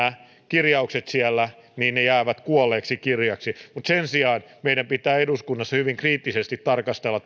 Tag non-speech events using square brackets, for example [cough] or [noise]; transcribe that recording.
kirjaukset siellä jäävät kuolleeksi kirjaimeksi mutta sen sijaan meidän pitää eduskunnassa hyvin kriittisesti tarkastella [unintelligible]